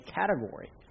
category